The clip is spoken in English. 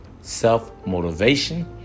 self-motivation